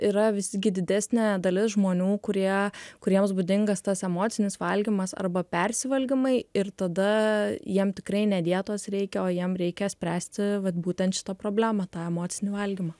yra visgi didesnė dalis žmonių kurie kuriems būdingas tas emocinis valgymas arba persivalgymai ir tada jiem tikrai ne dietos reikia o jiem reikia spręsti vat būtent šitą problemą tą emocinį valgymą